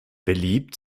beliebt